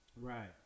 Right